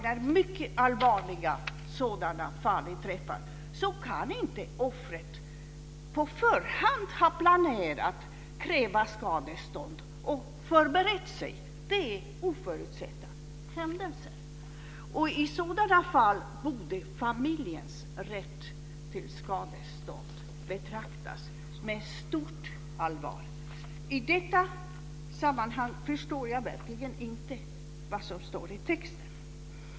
När mycket allvarliga fall inträffar kan offret inte på förhand ha planerat att framföra krav på skadestånd. Man kan inte förbereda sig för oförutsedda händelser. I sådana fall borde familjens rätt till skadestånd betraktas med stort allvar. I detta sammanhang förstår jag verkligen inte vad som står i texten.